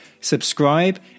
subscribe